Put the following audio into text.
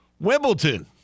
Wimbledon